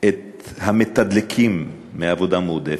את המתדלקים מעבודה מועדפת.